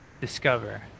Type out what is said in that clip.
discover